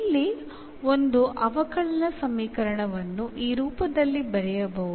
ಇಲ್ಲಿ ಒಂದು ಅವಕಲನ ಸಮೀಕರಣವನ್ನು ಈ ರೂಪದಲ್ಲಿ ಬರೆಯಬಹುದು